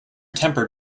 temper